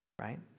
Right